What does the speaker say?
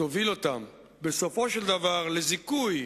תוביל אותם בסופו של דבר לזיכוי,